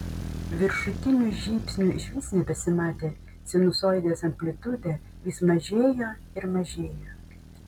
viršutinių žybsnių išvis nebesimatė sinusoidės amplitudė vis mažėjo ir mažėjo